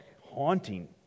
haunting